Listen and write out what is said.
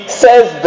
says